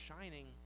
shining